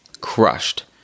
crushed